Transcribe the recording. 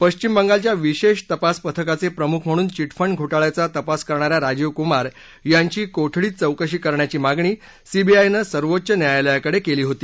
पश्चिम बंगालच्या विशेष तपास पथकाचे प्रमुख म्हणून चिटफंड घोटाळयाचा तपास करणाऱ्या राजीव कुमार यांची कोठडीत चौकशी करण्याची मागणी सीबीआयनं सर्वोच्च न्यायालयाकडे केली होती